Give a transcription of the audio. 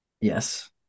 Yes